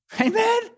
Amen